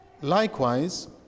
Likewise